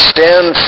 Stand